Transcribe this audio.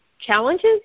challenges